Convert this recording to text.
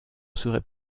serait